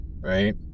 Right